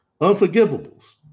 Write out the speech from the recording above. Unforgivables